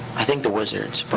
i think the wizards.